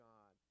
God